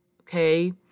Okay